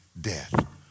death